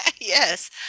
Yes